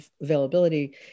availability